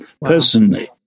personally